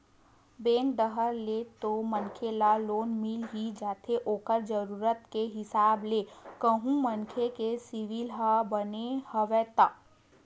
bank डाहर ले तो मनखे ल लोन मिल ही जाथे ओखर जरुरत के हिसाब ले कहूं मनखे के सिविल ह बने हवय ता